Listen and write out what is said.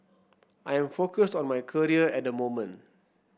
I am focused on my career at the moment